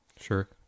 sure